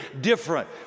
different